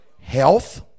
health